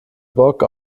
bock